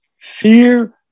Fear